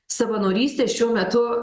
savanorystė šiuo metu